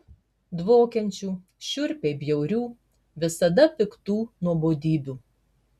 dvokiančių šiurpiai bjaurių visada piktų nuobodybių